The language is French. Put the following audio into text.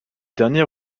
derniers